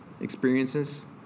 experiences